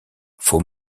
faut